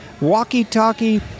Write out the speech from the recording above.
Walkie-Talkie